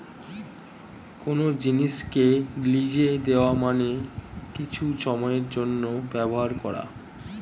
কোন জিনিসকে লিজে দেওয়া মানে কিছু সময়ের জন্যে ব্যবহার করা